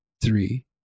three